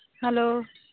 hello